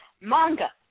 manga